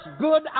good